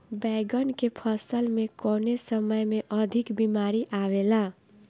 बैगन के फसल में कवने समय में अधिक बीमारी आवेला?